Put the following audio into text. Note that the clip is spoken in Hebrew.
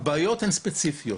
הבעיות הן ספציפיות.